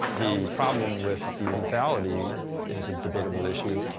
the problem with the lethality is a debatable issue.